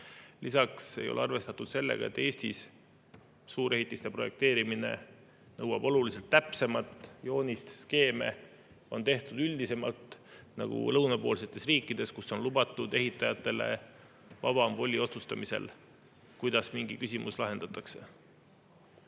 Lisaks ei ole arvestatud sellega, et Eestis nõuab suurehitiste projekteerimine oluliselt täpsemat joonist. Skeeme on tehtud üldisemalt nagu lõunapoolsetes riikides, kus ehitajatel on vabam voli otsustada, kuidas mingi küsimus lahendatakse.